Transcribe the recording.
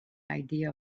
idea